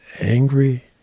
angry